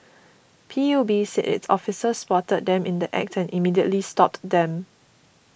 P U B said its officers spotted them in the Act and immediately stopped them